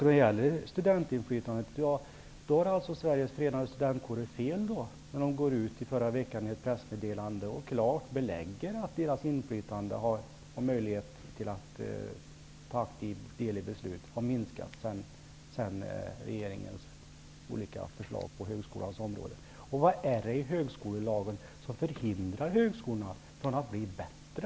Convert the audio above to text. När det gäller studentinflytandet hade alltså Sveriges Förenade Studentkårer fel när de i förra veckan gick ut med ett pressmeddelande där de klart belägger att deras inflytande och möjligheter att aktivt delta i beslutsfattandet har minskat efter genomförandet av regeringens olika förslag på högskolans område. Vad är det vidare i högskolelagen som förhindrar högskolorna från att bli bättre?